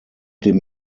dem